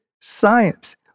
science